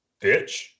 bitch